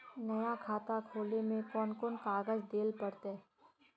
नया खाता खोले में कौन कौन कागज देल पड़ते?